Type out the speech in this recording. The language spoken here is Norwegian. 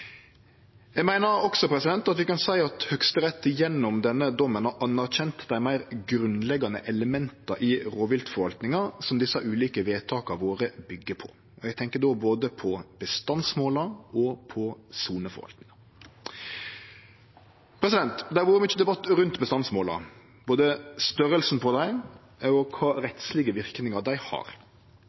Eg meiner også at vi kan seie at Høgsterett gjennom denne dommen har anerkjent dei meir grunnleggjande elementa i rovviltforvaltinga, som desse ulike vedtaka våre byggjer på. Eg tenkjer då både på bestandsmåla og på soneforvaltinga. Det har vore mykje debatt rundt bestandsmåla, både om storleiken på dei og om kva rettslege verknader dei har.